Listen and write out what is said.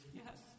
yes